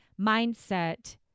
mindset